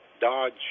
dodge